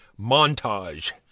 Montage